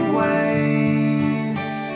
waves